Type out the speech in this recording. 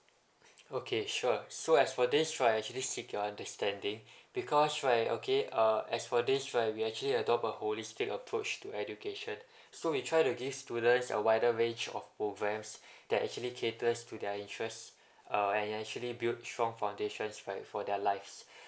okay sure so as for this right actually seek your understanding because right okay uh as for this right we actually adopt a holistic approach to education so we try to give students a wider range of progress that actually caters to their interest uh and actually build strong foundations right for their lives